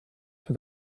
for